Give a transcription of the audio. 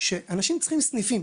שאנשים צריכים סניים.